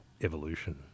evolution